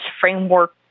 framework